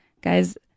guys